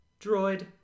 droid